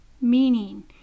Meaning